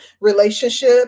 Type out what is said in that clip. relationship